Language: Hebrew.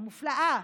אה,